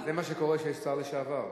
זה מה שקורה כשיש שר לשעבר.